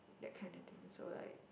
that kind of thing so like